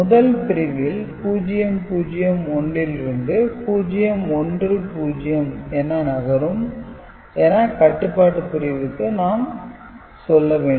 முதல் பிரிவில் 0 0 1 லிருந்து 0 1 0 என நகரும் என கட்டுபாட்டு பிரிவுக்கு நாம் சொல்ல வேண்டும்